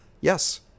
Yes